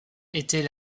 était